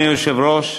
אדוני היושב-ראש,